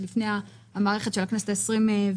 עוד לפני המערכת של הכנסת ה-24,